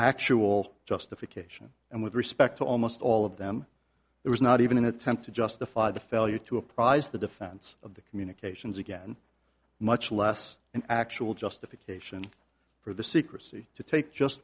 actual justification and with respect to almost all of them it was not even an attempt to justify the failure to apprise the defense of the communications again much less an actual justification for the secrecy to take just